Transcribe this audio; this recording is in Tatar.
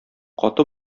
каты